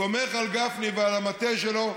סומך על גפני ועל המטה שלו.